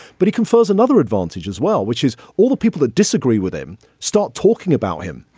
but he confirms another advantage as well which is all the people that disagree with him stop talking about him.